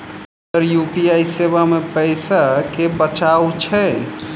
Sir UPI सेवा मे पैसा केँ बचाब छैय?